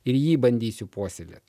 ir jį bandysiu puoselėt